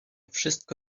wszystko